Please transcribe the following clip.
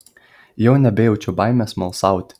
jau nebejaučiau baimės smalsauti